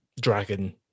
dragon